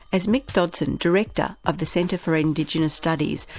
as mick dodson, director of the centre for indigenous studies,